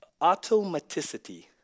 automaticity